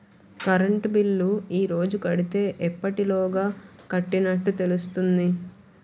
Current bill ఈ రోజు కడితే ఎప్పటిలోగా కట్టినట్టు తెలుస్తుంది?